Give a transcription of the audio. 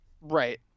Right